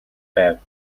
байв